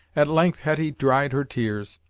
at length hetty dried her tears,